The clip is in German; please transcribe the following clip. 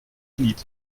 glied